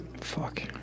Fuck